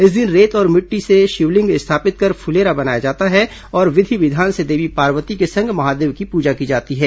इस दिन रेत और मिट्टी से शिवलिंग स्थापित कर फूलेरा बनाया जाता है और विधि विधान से देवी पार्वती के संग महादेव की पूजा की जाती है